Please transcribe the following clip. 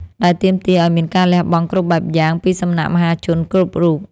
ដែលទាមទារឱ្យមានការលះបង់គ្រប់បែបយ៉ាងពីសំណាក់មហាជនគ្រប់រូប។